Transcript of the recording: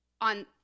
on